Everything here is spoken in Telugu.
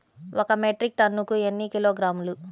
ఒక మెట్రిక్ టన్నుకు ఎన్ని కిలోగ్రాములు?